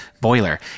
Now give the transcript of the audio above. boiler